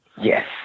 yes